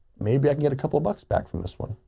maybe i can get a couple of bucks back from this one.